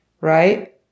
right